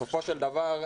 בסופו של דבר,